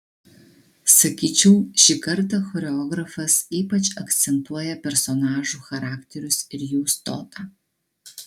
sakyčiau šį kartą choreografas ypač akcentuoja personažų charakterius ir jų stotą